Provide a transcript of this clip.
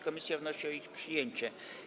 Komisja wnosi o ich przyjęcie.